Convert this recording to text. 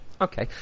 Okay